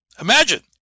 Imagine